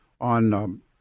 on